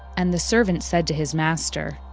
and the servant said to his master,